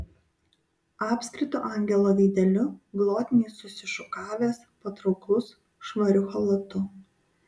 apskritu angelo veideliu glotniai susišukavęs patrauklus švariu chalatu